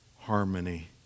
harmony